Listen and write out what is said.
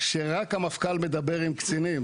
ורק המפכ"ל מדבר עם קצינים.